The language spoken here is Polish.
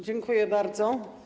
Dziękuję bardzo.